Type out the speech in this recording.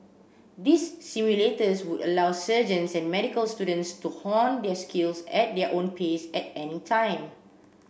these simulators would allow surgeons and medical students to hone their skills at their own pace at any time